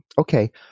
Okay